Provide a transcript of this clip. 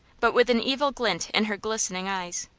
but with an evil glint in her glistening eyes.